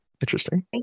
Interesting